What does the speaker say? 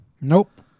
Nope